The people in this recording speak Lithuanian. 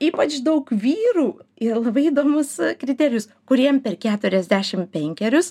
ypač daug vyrų ir labai įdomus kriterijus kuriem per keturiasdešim penkerius